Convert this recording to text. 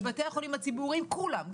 בבתי החולים הציבוריים כולם,